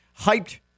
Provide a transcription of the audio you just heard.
hyped